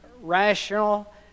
rational